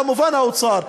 כמובן האוצר.